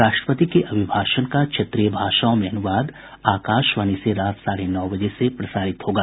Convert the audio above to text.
राष्ट्रपति के अभिभाषण का क्षेत्रीय भाषाओं में अनुवाद आकाशवाणी से रात साढ़े नौ बजे से प्रसारित होगा